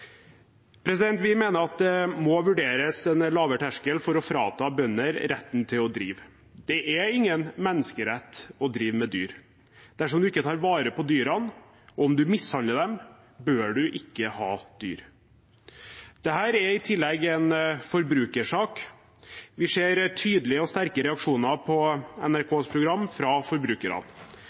Vi mener at det må vurderes en lavere terskel for å frata bønder retten til å drive. Det er ingen menneskerett å drive med dyr. Dersom du ikke tar vare på dyrene, og om du mishandler dem, bør du ikke ha dyr. Dette er i tillegg en forbrukersak. Vi ser tydelige og sterke reaksjoner på NRKs program fra forbrukerne.